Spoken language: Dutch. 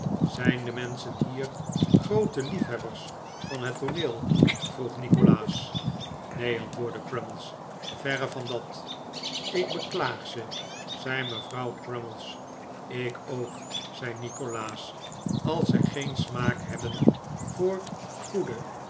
zijn de menschen hier groote liefhebbers van het tooneel vroeg nikolaas neen antwoordde crummies verre van dat ik beklaag ze zei mevrouw crummies ik ook zei nikolaas als zij geen smaak hebben voor goede